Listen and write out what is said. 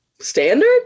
standard